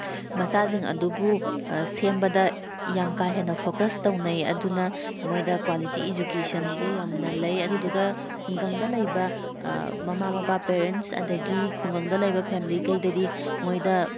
ꯃꯆꯥꯁꯤꯡ ꯑꯗꯨꯕꯨ ꯁꯦꯝꯕꯗ ꯌꯥꯝ ꯀꯥ ꯍꯦꯟꯅ ꯐꯣꯀꯁ ꯇꯧꯅꯩ ꯑꯗꯨꯅ ꯃꯣꯏꯗ ꯀ꯭ꯋꯥꯂꯤꯇꯤ ꯏꯖꯨꯀꯦꯁꯟꯁꯦ ꯌꯥꯝꯅ ꯂꯩ ꯑꯗꯨꯗꯨꯒ ꯈꯨꯡꯒꯪꯗ ꯂꯩꯕ ꯃꯃꯥ ꯃꯄꯥ ꯄꯦꯔꯦꯟꯁ ꯑꯗꯒꯤ ꯈꯨꯡꯒꯪꯗ ꯂꯩꯕ ꯐꯦꯃꯤꯂꯤꯈꯩꯗꯗꯤ ꯃꯣꯏꯗ